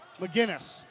McGinnis